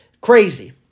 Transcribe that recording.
crazy